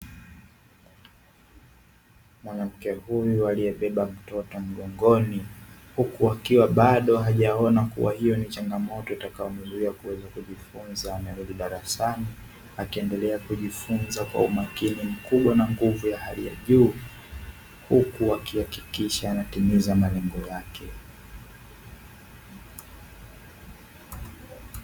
Mwanamke huyu aliyebeba mtoto mgongoni, huku akiwa bado hajaona kuwa hiyo ni changamoto itakayomzuia kuweza kujifunza darasani. Akiendelea kujifunza kwa umakini mkubwa na nguvu ya hali ya juu, huku akihakikisha anatimiza malengo yake.